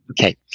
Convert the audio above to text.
Okay